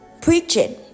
preaching